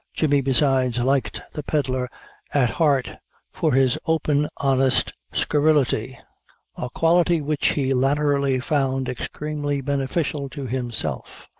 jemmy, besides, liked the pedlar at heart for his open, honest scurrility a quality which he latterly found extremely beneficial to himself,